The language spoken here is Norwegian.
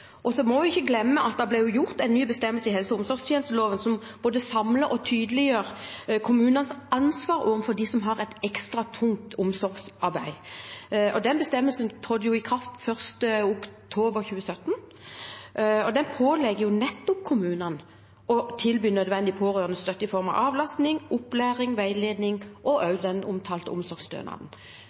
Så må vi ikke glemme at det er blitt tatt inn en ny bestemmelse i helse- og omsorgstjenesteloven som både samler og tydeliggjør kommunenes ansvar overfor dem som har et ekstra tungt omsorgsarbeid. Den bestemmelsen trådte i kraft den 1. oktober 2017, og den pålegger kommunene å tilby nødvendig pårørendestøtte i form av avlastning, opplæring, veiledning og den omtalte omsorgsstønaden.